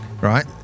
right